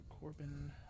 Corbin